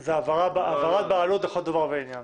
זאת העברת בעלות לכל דבר ועניין.